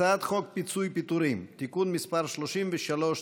הצעת חוק פיצויי פיטורים (תיקון מס' 33),